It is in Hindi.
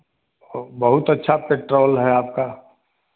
बहुत अच्छा पेट्रोल है आपका